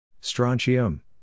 strontium